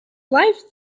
life